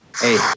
Hey